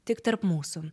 tik tarp mūsų